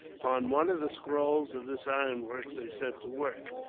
upon one of the scrolls of this ironwork they set to work.